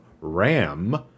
RAM